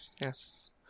yes